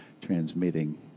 transmitting